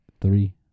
Three